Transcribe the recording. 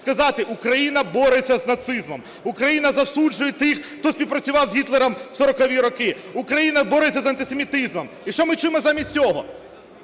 сказати: Україна бореться з нацизмом, Україна засуджує тих, хто співпрацював з Гітлером в 40-і роки, Україна бореться з антисемітизмом. І що ми чуємо замість цього?